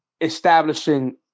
establishing